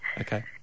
Okay